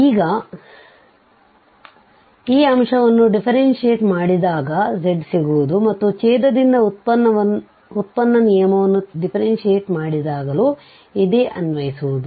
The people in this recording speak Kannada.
ಈಗ ಅಂಶವನ್ನು ದಿಫ್ಫೆರೆಂಶಿಯಟ್ಮಾಡಿದಾಗ z ಸಿಗುವುದು ಮತ್ತು ಛೇದದಿಂದ ಉತ್ಪನ್ನ ನಿಯಮವನ್ನು ದಿಫ್ಫೆರೆಂಶಿಯಟ್ ಮಾಡಿದಾಗಲೂ ಇದೇ ಅನ್ವಯಿಸುವುದು